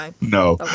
No